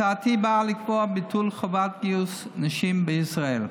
הצעתי באה לקבוע ביטול חובת גיוס נשים בישראל.